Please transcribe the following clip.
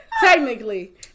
technically